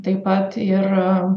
taip pat ir